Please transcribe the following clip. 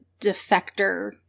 defector